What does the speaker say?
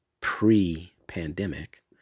pre-pandemic